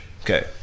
Okay